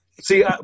see